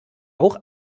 auch